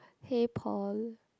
hey Paul